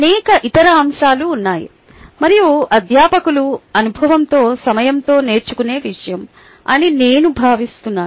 అనేక ఇతర అంశాలు ఉన్నాయి మరియు అధ్యాపకులు అనుభవంతో సమయంతో నేర్చుకునే విషయం అని నేను భావిస్తున్నాను